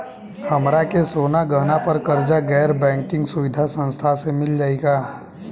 हमरा के सोना गहना पर कर्जा गैर बैंकिंग सुविधा संस्था से मिल जाई का?